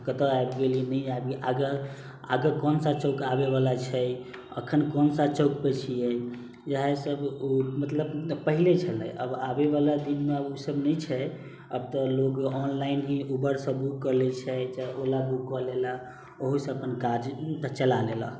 तऽ कतऽ आबि गेलियै नहि आबि अगर आगाँ कौन सा चौक आबऽवला छै अखन कौन सा चौकपर छियै इएह सब उ मतलब पहिले छलै आब आबैवला दिनमे उ सब नहि छै आब तऽ लोग ऑनलाइन ही उबर सब बुक कऽ लै छै चाहे ओला बुक कऽ लेलक ओहोसँ अपन काज चला लेलक